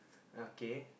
okay